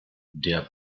der